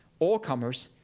all comers,